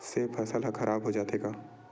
से फसल ह खराब हो जाथे का?